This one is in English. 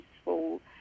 peaceful